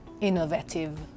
innovative